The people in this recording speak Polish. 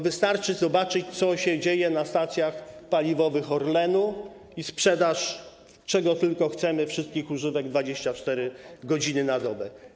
Wystarczy zobaczyć, co się dzieje na stacjach paliwowych Orlenu - sprzedaż czego tylko chcemy, wszystkich używek 24 godziny na dobę.